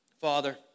Father